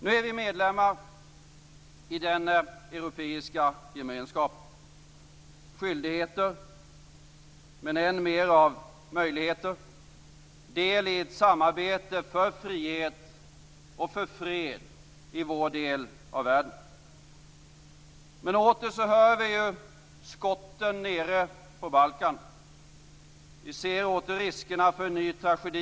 Nu är vi medlemmar i den europeiska gemenskapen. Det ger skyldigheter, men än mer av möjligheter, och del i ett samarbete för frihet och för fred i vår del av världen. Men åter hör vi skotten nere på Balkan. Vi ser åter riskerna för en ny tragedi.